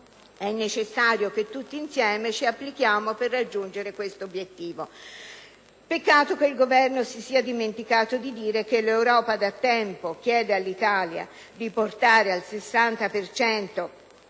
è necessario che tutti insieme ci applichiamo per raggiungere questo obiettivo». Peccato che il Governo si sia dimenticato di dire che l'Europa da tempo chiede all'Italia di portare al 60